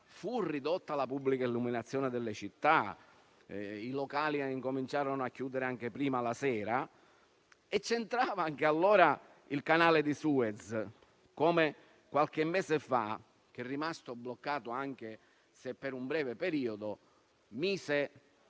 fu ridotta la pubblica illuminazione delle città e i locali cominciarono a chiudere prima la sera. C'entrava anche allora il canale di Suez, che anche qualche mese fa è rimasto bloccato, sebbene per un breve periodo,